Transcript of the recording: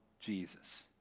Jesus